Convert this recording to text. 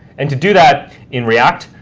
and to do that in react,